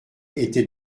était